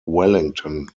wellington